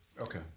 Okay